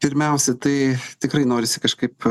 pirmiausia tai tikrai norisi kažkaip